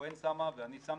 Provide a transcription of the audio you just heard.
פרקש-הכהן שמה ואני שמתי.